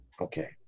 Okay